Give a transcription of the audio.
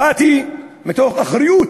באתי מתוך אחריות,